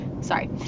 sorry